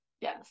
yes